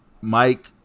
Mike